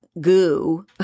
goo